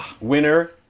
winner